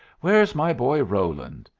where's my boy roland?